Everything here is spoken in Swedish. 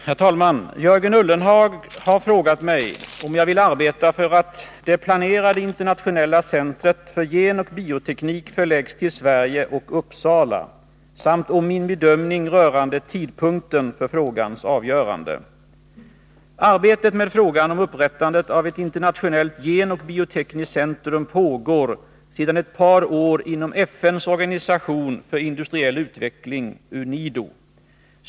Herr talman! Jörgen Ullenhag har frågat mig om jag vill arbeta för att det planerade internationella centret för genoch bioteknik förläggs till Sverige och Uppsala samt om min bedömning rörande tidpunkten för frågans avgörande. Arbetet med frågan om upprättandet av ett internationellt genoch biotekniskt centrum pågår sedan ett par år inom FN:s organisation för industriell utveckling, UNIDO.